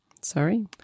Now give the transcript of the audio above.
Sorry